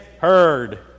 heard